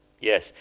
Yes